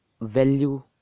value